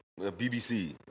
BBC